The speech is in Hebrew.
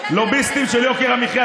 לוביסטים של יוקר המחיה.